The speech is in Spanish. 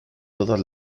todas